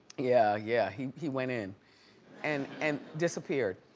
yeah, yeah, he he went in and and disappeared.